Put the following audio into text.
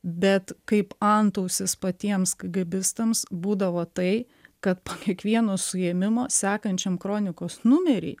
bet kaip antausis patiems kagėbistams būdavo tai kad po kiekvieno suėmimo sekančiam kronikos numery